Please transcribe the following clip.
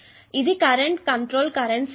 ఇది current control current source